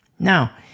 Now